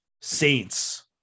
Saints